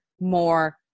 more